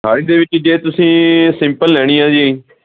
ਥਾਲੀ ਦੇ ਵਿੱਚ ਜੇ ਤੁਸੀਂ ਸਿੰਪਲ ਲੈਣੀ ਆ ਜੀ